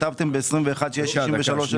רגע.